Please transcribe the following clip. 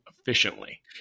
efficiently